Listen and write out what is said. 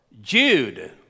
Jude